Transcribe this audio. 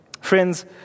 Friends